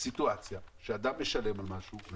סיטואציה שאדם משלם על משהו,